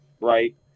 right